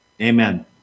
Amen